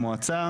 המועצה,